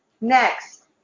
Next